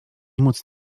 móc